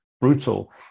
brutal